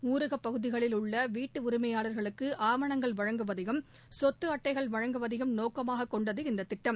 ஊரகப் பகுதிகளில் உள்ள வீட்டு உரிமையாளங்களுக்கு ஆவணங்கள் வழங்குவதையும் சொத்து அட்டைகள் வழங்குவதையும் நோக்கமாகக் கொண்டது இந்த திட்டம்